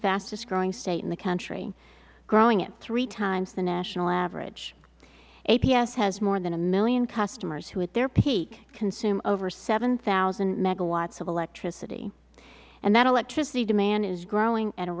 fastest growing state in the country growing at three times the national average aps has more than a million customers who at their peak consume over seven thousand megawatts of electricity and that electricity demand is growing at a